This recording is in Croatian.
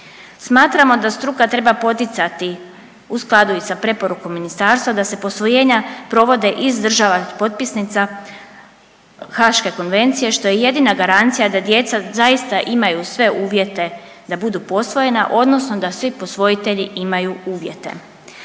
Smatramo da struka treba poticati u skladu i sa preporukom ministarstva da se posvojenja provode iz država potpisnica Haške konvencije što je jedina garancija da djeca zaista imaju sve uvjete da budu posvojena odnosno da svi posvojitelji imaju uvjete,